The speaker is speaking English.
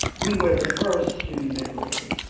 we were the first to be liberated.